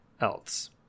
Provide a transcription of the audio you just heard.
else